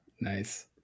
Nice